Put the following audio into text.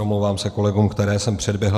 Omlouvám se kolegům, které jsem předběhl.